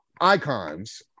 icons